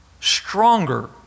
stronger